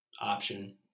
Option